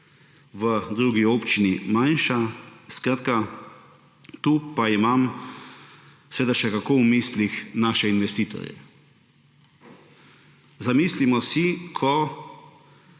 v drugi občini manjša, tu pa imam še kako v mislih naše investitorje. Zamislimo si, ko